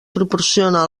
proporciona